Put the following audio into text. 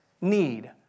need